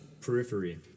Periphery